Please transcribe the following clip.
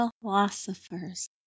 philosophers